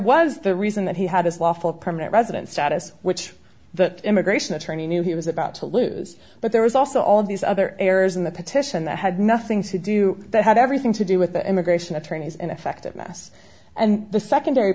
was the reason that he had his lawful permanent resident status which the immigration attorney knew he was about to lose but there was also all of these other errors in the petition that had nothing to do that had everything to do with immigration attorneys ineffective mess and the secondary